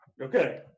okay